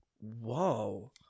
Whoa